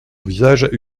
visage